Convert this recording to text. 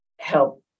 help